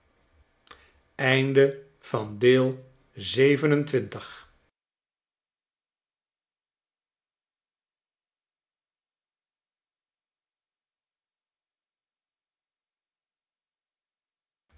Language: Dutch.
van zeven en twintig